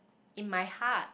in my heart